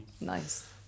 Nice